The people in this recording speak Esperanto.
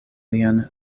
lian